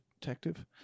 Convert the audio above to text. Detective